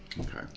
Okay